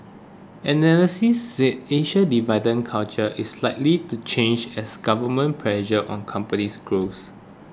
analysis said Asia's dividend culture is likely to change as government pressure on companies grows